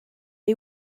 est